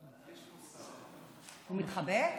הוא מתחבא?